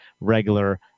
regular